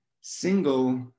single